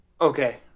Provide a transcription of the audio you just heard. okay